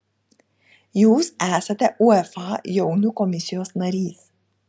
jūs esate uefa jaunių komisijos narys